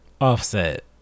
offset